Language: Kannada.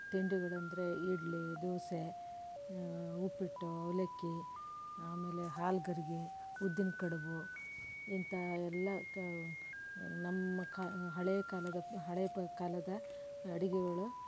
ತಿಂಡಿಗಳು ಅಂದರೆ ಇಡ್ಲಿ ದೋಸೆ ಉಪ್ಪಿಟ್ಟು ಅವಲಕ್ಕಿ ಆಮೇಲೆ ಹಾಲ್ಗರ್ಗಿ ಉದ್ದಿನ ಕಡುಬು ಇಂಥ ಎಲ್ಲ ಕ ನಮ್ಮ ಕಾ ಹಳೇ ಕಾಲದ ಹಳೇ ಕಾಲದ ಅಡುಗೆಗಳು